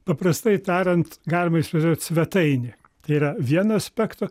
paprastai tariant galima įsivaizduot svetainė tai yra vienu aspektu